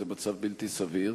זה בלתי סביר.